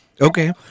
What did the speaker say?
Okay